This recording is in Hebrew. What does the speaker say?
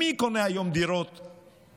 מי קונה היום דירות בפריפריה?